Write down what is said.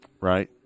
right